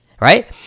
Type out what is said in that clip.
right